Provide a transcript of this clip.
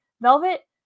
Velvet